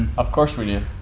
of course we do. yeah